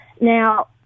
Now